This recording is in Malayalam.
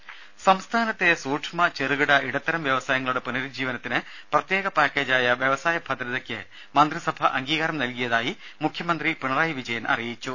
രുമ സംസ്ഥാനത്തെ സൂക്ഷ്മ ചെറുകിട ഇടത്തരം വ്യവസായങ്ങളുടെ പുനരുജ്ജീവനത്തിന് പ്രത്യേക പാക്കേജായ വ്യവസായ ഭദ്രതയ്ക്ക് മന്ത്രിസഭ അംഗീകാരം നൽകിയതായി മുഖ്യമന്ത്രി പിണറായി വിജയൻ അറിയിച്ചു